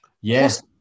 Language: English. Yes